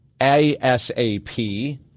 ASAP